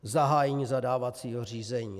Zahájení zadávacího řízení.